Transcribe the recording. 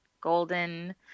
Golden